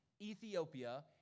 Ethiopia